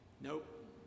nope